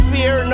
Fear